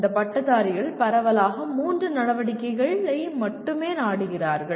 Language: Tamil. இந்த பட்டதாரிகள் பரவலாக மூன்று நடவடிக்கைகளை மட்டுமே நாடுகிறார்கள்